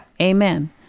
Amen